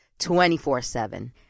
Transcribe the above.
24-7